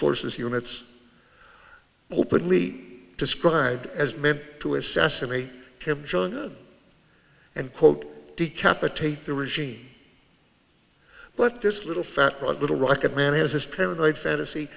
forces units openly described as meant to assassinate kim jong un and quote decapitate the regime but this little fat one little rocket man has his paranoid fantasy